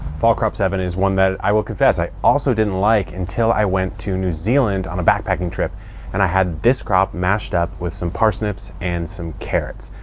fall crop seven is one that, i will confess, i also didn't like until i went to new zealand on a backpacking trip and i had this crop mashed up with some parsnips and some carrots.